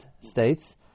states